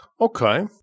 Okay